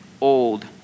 old